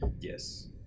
yes